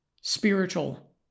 spiritual